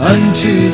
Unto